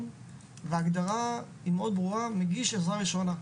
וההגדרה מאוד ברורה: מגיש עזרה ראשונה,